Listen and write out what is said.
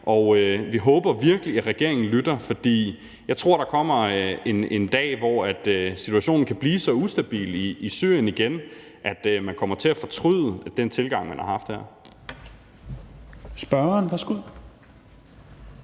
og vi håber virkelig, at regeringen lytter, for jeg tror, at der kommer en dag, hvor situationen igen kan blive så ustabil i Syrien, at man kommer til at fortryde den tilgang, som man har haft her.